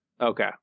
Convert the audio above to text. Okay